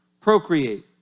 Procreate